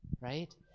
right